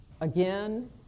again